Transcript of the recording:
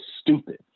stupid